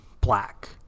black